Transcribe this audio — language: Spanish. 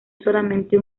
solamente